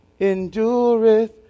endureth